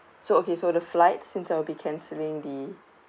so okay so the flights since I'll be cancelling the